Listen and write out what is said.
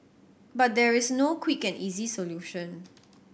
but there is no quick and easy solution